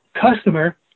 customer